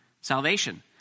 salvation